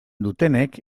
dutenek